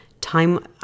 Time